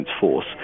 Force